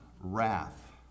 wrath